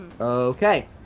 Okay